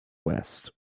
west